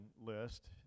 list